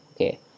okay